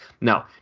Now